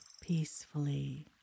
peacefully